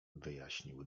wyjaśnił